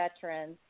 veterans